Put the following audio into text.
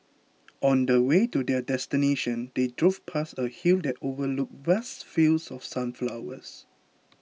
on the way to their destination they drove past a hill that overlooked vast fields of sunflowers